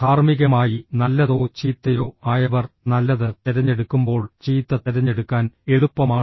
ധാർമ്മികമായി നല്ലതോ ചീത്തയോ ആയവർ നല്ലത് തിരഞ്ഞെടുക്കുമ്പോൾ ചീത്ത തിരഞ്ഞെടുക്കാൻ എളുപ്പമാണ്